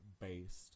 based